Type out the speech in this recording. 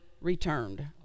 returned